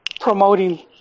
promoting